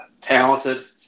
talented